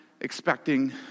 expecting